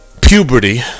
Puberty